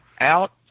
out